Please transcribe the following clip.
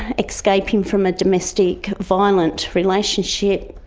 escaping from a domestic violent relationship.